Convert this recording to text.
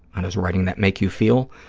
how does writing that make you feel?